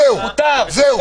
זהו, זהו.